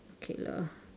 okay lah